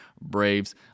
Braves